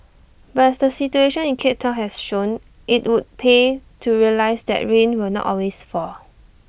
but as the situation in cape Town has shown IT would pay to realise that rain will not always fall